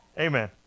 Amen